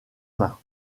main